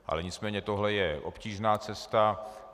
Ale nicméně tohle je obtížná cesta.